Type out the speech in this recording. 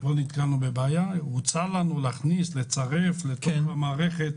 הוצע לנו לצרף למערכת